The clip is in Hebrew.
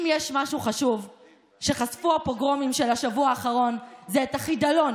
אם יש משהו חשוב שחשפו הפוגרומים של השבוע האחרון זה את החידלון